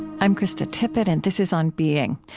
i'm krista tippett, and this is on being.